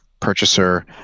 purchaser